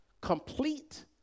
complete